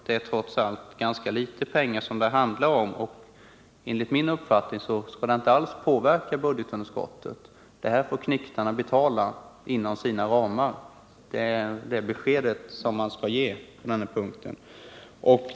Det är trots allt ganska litet pengar det handlar om, och enligt min uppfattning skall detta inte alls påverka budgetunderskottet. Det besked som man skall ge på denna punkt är: Detta får knektarna betala inom sina ramar.